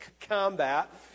combat